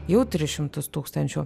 jau tris šimtus tūkstančių